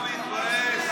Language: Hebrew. החוצה.